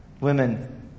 women